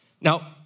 Now